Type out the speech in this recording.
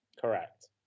Correct